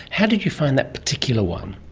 how did you find that particular one?